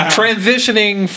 transitioning